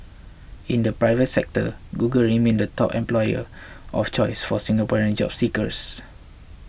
in the private sector Google remained the top employer of choice for Singaporean job seekers